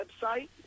website